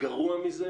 וגרוע מזה,